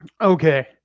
okay